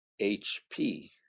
HP